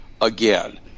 again